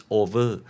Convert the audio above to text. over